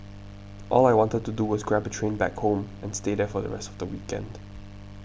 all I wanted to do was grab a train back home and stay there for the rest of the weekend